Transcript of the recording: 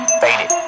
faded